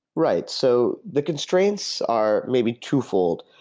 right. so the constraints are maybe twofold.